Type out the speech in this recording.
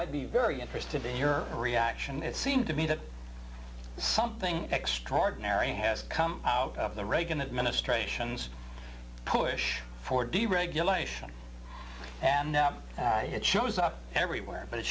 by be very interested in your reaction it seemed to me that something extraordinary has come out of the reagan administration's push for deregulation and it shows up everywhere but it's